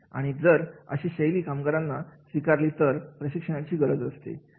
आणि जर अशी शैली कामगारांनी स्वीकारली तर त्यांना प्रशिक्षणाची गरज असते